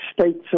states